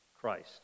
Christ